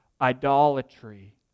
idolatry